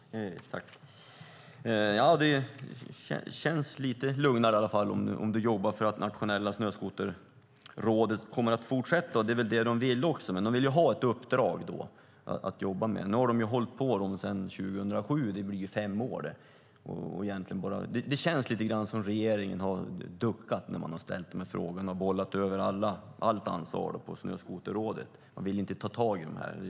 Fru talman! Det känns i alla fall lite lugnare om ministern jobbar för att Nationella Snöskoterrådet kommer att fortsätta. Det är väl det de vill också, men de vill ju ha ett uppdrag att jobba med. Nu har de hållit på sedan 2007. Det blir fem år. Det känns lite grann som om regeringen har duckat när man har ställt de här frågorna och bollat över allt ansvar på Snöskoterrådet. Man vill inte ta tag i de här frågorna.